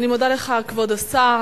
אני מודה לך, כבוד השר.